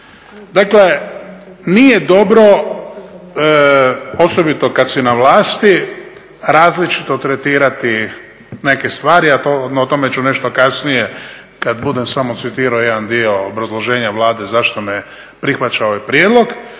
Dakle nije dobro osobito kad si na vlasti različito tretirati neke stvari, a o tome ću nešto kasnije kad budem samo citirao jedan dio obrazloženja Vlade zašto ne prihvaća ovaj prijedlog